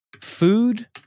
food